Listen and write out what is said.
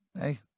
hey